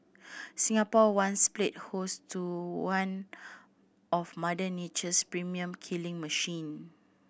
Singapore once played host to one of Mother Nature's premium killing machine